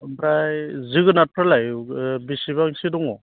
ओमफ्राय जोगोनारफ्रालाय बेसेबांसो दङ